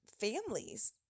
families